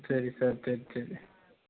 சரி சார் சரி சரி